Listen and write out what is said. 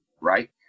right